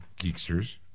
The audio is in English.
Geeksters